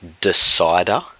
decider